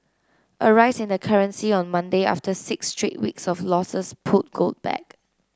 a rise in the currency on Monday after six straight weeks of losses pulled gold back